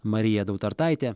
marija dautartaitė